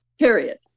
Period